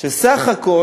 שסך-הכול